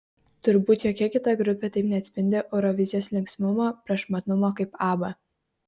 turbūt jokia kita grupė taip neatspindi eurovizijos linksmumo prašmatnumo kaip abba